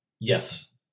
yes